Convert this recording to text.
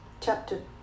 chapter